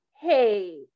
hey